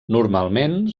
normalment